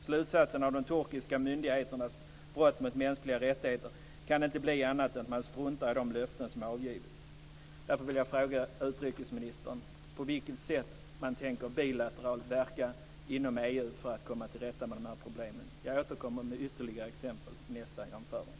Slutsatsen av de turkiska myndigheternas brott mot mänskliga rättigheter kan inte bli annat än att man struntar i de löften som avgivits. Därför vill jag fråga utrikesministern på vilket sätt man bilateralt tänker verka inom EU för att komma till rätta med de här problemen. Jag återkommer med ytterligare exempel i nästa anförande.